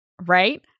Right